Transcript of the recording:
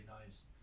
nice